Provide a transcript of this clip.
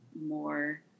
more